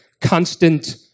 constant